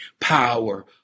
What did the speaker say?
power